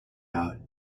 out